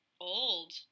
old